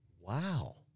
Wow